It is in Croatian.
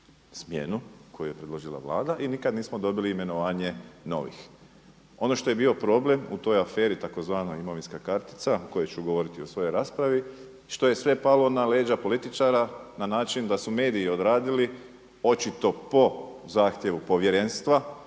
smjenu koju je predložila Vlada i nikada nismo dobili imenovanje novih. Ono što je bio problem u toj aferi tzv. imovinska kartica o kojoj ću govoriti u svojoj raspravi što je sve palo na leđa političara na način da su mediji odradili očito po zahtjevu povjerenstva